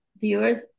viewers